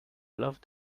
loved